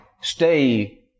stay